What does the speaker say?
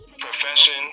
profession